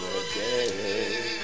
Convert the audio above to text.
again